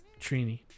Trini